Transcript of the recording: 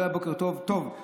לא היה בוקר טוב: טוב,